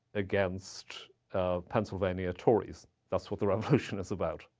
against pennsylvania tories. that's what the revolution is about.